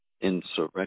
insurrection